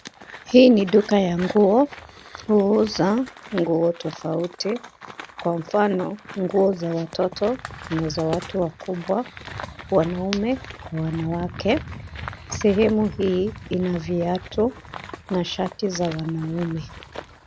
Hii ni duka ya nguo, huuza nguo tofauti kwa mfano, nguo za watoto na za watu wakubwa wanaume kwa wanawake. Sehemu hii ina viatu na shati za wanaume.